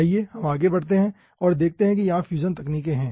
आइए हम आगे बढ़ते हैं और देखते हैं कि यहां फ्यूजन तकनीकें हैं